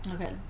Okay